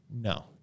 No